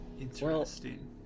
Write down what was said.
Interesting